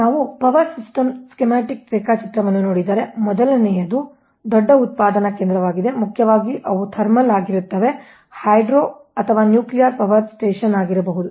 ನಾವು ಪವರ್ ಸಿಸ್ಟಮ್ನ ಸ್ಕೀಮ್ಯಾಟಿಕ್ ರೇಖಾಚಿತ್ರವನ್ನು ನೋಡಿದರೆ ಮೊದಲನೆಯದು ದೊಡ್ಡ ಉತ್ಪಾದನಾ ಕೇಂದ್ರವಾಗಿದೆ ಮುಖ್ಯವಾಗಿ ಅವು ಥರ್ಮಲ್ ಆಗಿರುತ್ತವೆ ಹೈಡ್ರೋ ಅಥವಾ ನ್ಯೂಕ್ಲಿಯರ್ ಪವರ್ ಸ್ಟೇಷನ್ ಆಗಿರಬಹುದು